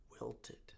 wilted